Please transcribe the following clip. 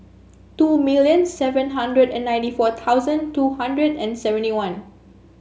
two million seven hundred and ninety four thousand two hundred and seventy one